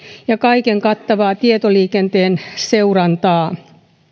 ja kaiken kattavaa tietoliikenteen seurantaa